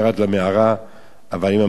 אבל אם המסורת הזו נכונה,